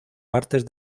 partes